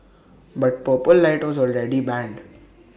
but purple light was already banned